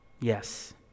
Yes